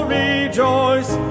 rejoice